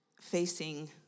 facing